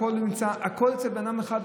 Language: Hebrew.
הכול נמצא אצל בן אדם אחד.